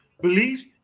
Beliefs